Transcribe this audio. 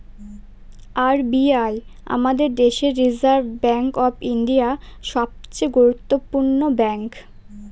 R B I আমাদের দেশের reserve bank of India, সবচে গুরুত্বপূর্ণ ব্যাঙ্ক